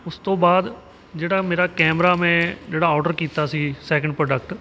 ਉਸ ਤੋਂ ਬਾਅਦ ਜਿਹੜਾ ਮੇਰਾ ਕੈਮਰਾ ਮੈਂ ਜਿਹੜਾ ਆਰਡਰ ਕੀਤਾ ਸੀ ਸੈਕਿੰਡ ਪ੍ਰੋਡਕਟ